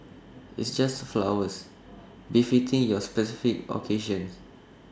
it's just flowers befitting your specific occasions